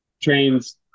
trains